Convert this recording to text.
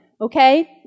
Okay